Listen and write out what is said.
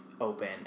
open